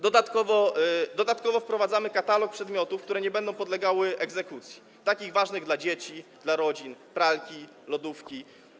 Dodatkowo wprowadzamy katalog przedmiotów, które nie będą podlegały egzekucji, ważnych dla dzieci, dla rodzin - pralki, lodówki.